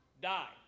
Die